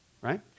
right